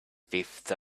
fifth